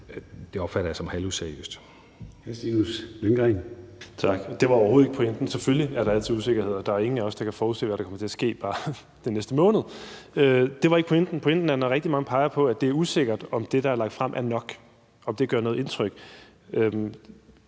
Stinus Lindgreen. Kl. 21:14 Stinus Lindgreen (RV): Tak. Det var overhovedet ikke pointen. Selvfølgelig er der altid usikkerheder. Der er jo ingen af os, der kan forudse, hvad der kommer til at ske bare den næste måned. Det var ikke pointen. Pointen er, om det gør noget indtryk, at rigtig mange peger på, at det er usikkert, om det, der er lagt frem, er nok. Ministeren har